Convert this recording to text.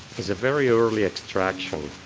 is a very early extraction.